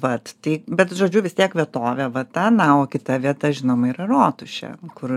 vat tai bet žodžiu vis tiek vietovė va ta na o kita vieta žinoma yra rotušė kur